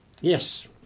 Yes